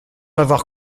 l’avoir